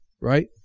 right